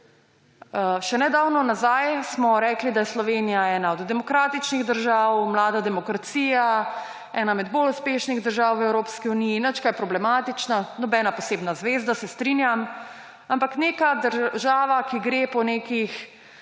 Še nedavno nazaj smo rekli, da je Slovenija ena od demokratičnih držav, mlada demokracija, ena bolj uspešnih držav v Evropski uniji, nič kaj problematična, nobena posebna zvezda, se strinjam. Ampak neka država, ki gre po nekih